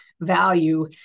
value